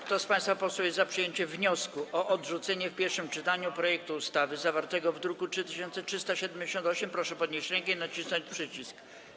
Kto z państwa posłów jest za przyjęciem wniosku o odrzucenie w pierwszym czytaniu projektu ustawy zawartego w druku nr 3378, proszę podnieść rękę i nacisnąć przycisk.